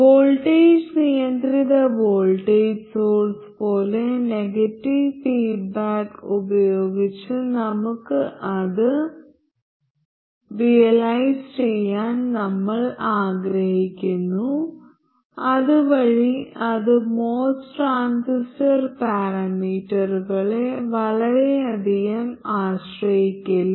voltage നിയന്ത്രിത voltage source പോലെ negative feedback ഉപയോഗിച്ച് നമുക്ക് അത് റിയലൈസ് ചെയ്യാൻ നമ്മൾ ആഗ്രഹിക്കുന്നു അതുവഴി അത് MOS ട്രാൻസിസ്റ്റർ പാരാമീറ്ററുകളെ വളരെയധികം ആശ്രയിക്കില്ല